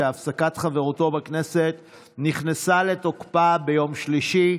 שהפסקת חברותו בכנסת נכנסה לתוקפה ביום שלישי,